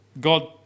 god